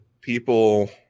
people